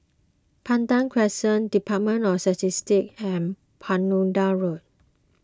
Pandan Crescent Department of Statistics and Road